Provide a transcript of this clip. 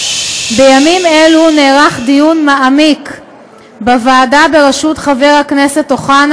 בימים אלה נערך דיון מעמיק בוועדה בראשות חבר הכנסת אוחנה